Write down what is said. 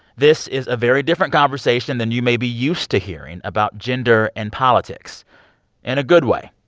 this is a very different conversation than you may be used to hearing about gender and politics in a good way.